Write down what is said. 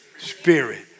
Spirit